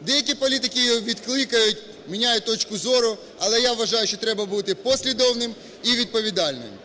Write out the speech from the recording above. Деякі політики її відкликають, міняють точку зору, але я вважаю, що треба бути послідовним і відповідальним.